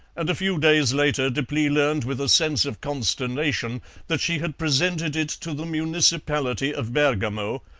and a few days later deplis learned with a sense of consternation that she had presented it to the municipality of bergamo,